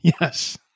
Yes